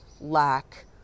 lack